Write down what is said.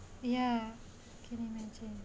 ya can't imagine